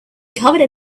covered